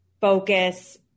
focus